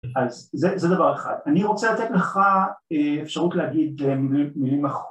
אז זה דבר אחד, אני רוצה לתת לך אפשרות להגיד מילים אחרות